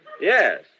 Yes